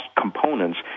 components